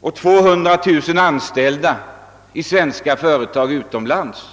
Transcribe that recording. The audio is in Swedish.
har också 200 000 anställda i svenska företag utomlands.